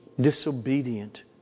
disobedient